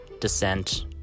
descent